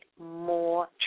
more